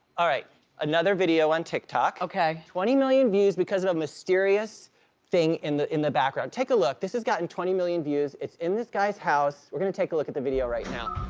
ah another video on tiktok. okay. twenty million views because of a mysterious thing in the in the background, take a look. this has gotten twenty million views, it's in this guy's house. we're gonna take a look at the video right now.